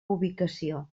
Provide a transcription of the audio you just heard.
ubicació